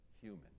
human